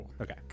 Okay